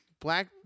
black